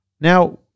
Now